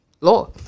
law